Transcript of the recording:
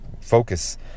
focus